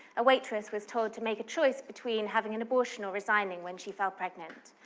a waitress was told to make a choice between having an abortion or resigning when she fell pregnant.